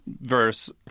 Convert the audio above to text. verse